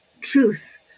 truth